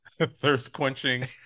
thirst-quenching